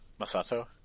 Masato